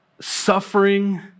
Suffering